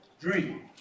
dream